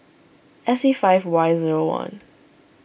S E five Y zero one